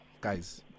guys